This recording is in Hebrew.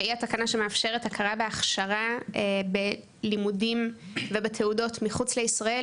שהיא התקנה שמאפשרת הכרה בהכשרה בלימודים ובתעודות מחוץ לישראל,